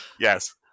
Yes